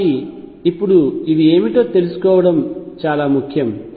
కాబట్టి ఇప్పుడు ఇవి ఏమిటో తెలుసుకోవడం చాలా సులభం